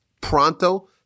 Pronto